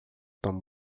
tão